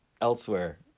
elsewhere